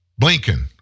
Blinken